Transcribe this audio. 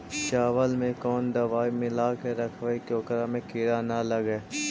चावल में कोन दबाइ मिला के रखबै कि ओकरा में किड़ी ल लगे?